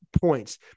points